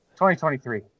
2023